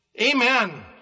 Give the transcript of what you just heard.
Amen